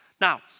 Now